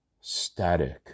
static